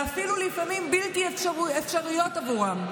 ואפילו לפעמים בלתי אפשריות עבורם.